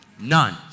None